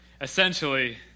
essentially